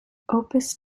opus